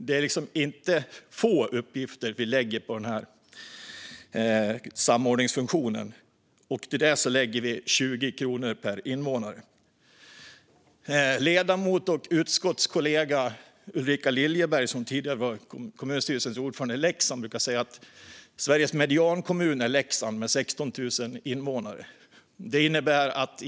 Det är liksom inte få uppgifter vi lägger på samordningsfunktionen - och för detta lägger vi 20 kronor per invånare. Ledamoten och utskottskollegan Ulrika Liljeberg, som tidigare var kommunstyrelsens ordförande i Leksand, brukar säga att Leksand med sina 16 000 invånare är Sveriges mediankommun.